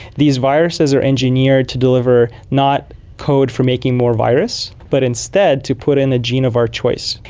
these viruses are engineered to deliver not code for making more virus but instead to put in a gene of our choice.